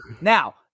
Now